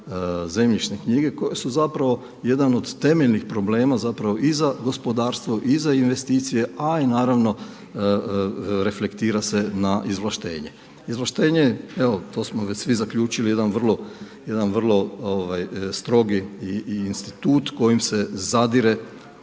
zemljišne knjige koje su zapravo jedan od temeljnih problema, zapravo i za gospodarstvo i za investicije, a i naravno reflektira se na izvlaštenje. Izvlaštenje evo to smo već svi zaključili jedan vrlo strogi institut kojim se zadire